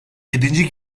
yedinci